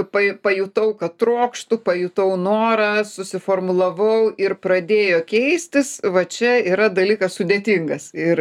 paj pajutau kad trokštu pajutau norą susiformulavau ir pradėjo keistis va čia yra dalykas sudėtingas ir